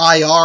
IR